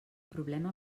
problema